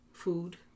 food